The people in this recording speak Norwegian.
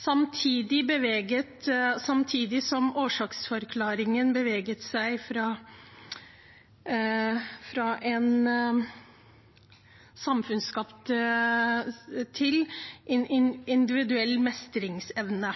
Samtidig beveget årsaksforklaringen seg fra at sykdommen var samfunnsskapt, til at den skyldtes manglende individuell mestringsevne.